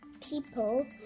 People